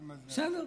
בסדר.